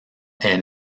est